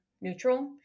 neutral